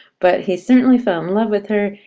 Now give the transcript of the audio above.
but he certainly fell in love with her,